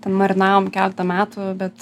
ten marinavom keletą metų bet